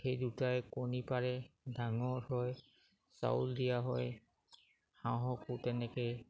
সেই দুটাই কণী পাৰে ডাঙৰ হয় চাউল দিয়া হয় হাঁহকো তেনেকৈ